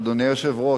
אדוני היושב-ראש,